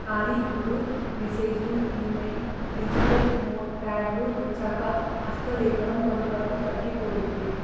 కానీ ఇప్పుడు మెసేజ్లు ఈమెయిల్ డిజిటల్ నోట్ప్యాడ్లు వచ్చాక హస్తలేఖనం కొంతవరకు తగ్గిపోయింది